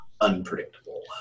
unpredictable